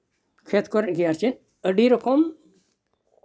ᱠᱷᱮᱛ ᱠᱚᱨᱮᱜ ᱜᱮ ᱟᱨᱪᱮᱫ ᱟᱹᱰᱤ ᱨᱚᱠᱚᱢ